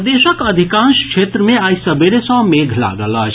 प्रदेशक अधिकांश क्षेत्र मे आइ सबेरे सँ मेघ लागल अछि